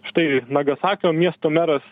štai nagasakio miesto meras